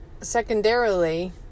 secondarily